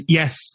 yes